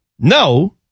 No